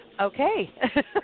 okay